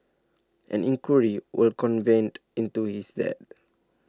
an inquiry will convened into his death